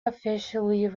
officially